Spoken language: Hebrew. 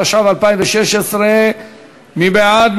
התשע"ו 2016. מי בעד?